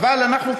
אבל אנחנו,